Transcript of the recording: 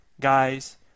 guys